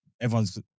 everyone's